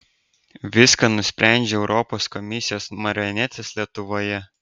viską nusprendžia europos komisijos marionetės lietuvoje